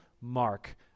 mark